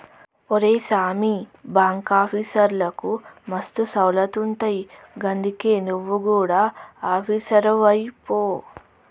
ఒరే సామీ, బాంకాఫీసర్లకు మస్తు సౌలతులుంటయ్ గందుకే నువు గుడ ఆపీసరువైపో